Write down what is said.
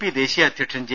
P ദേശീയ അധ്യക്ഷൻ J